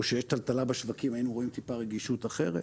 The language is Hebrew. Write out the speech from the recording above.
או כשיש טלטלה בשווקים היינו רואים טיפה רגישות אחרת,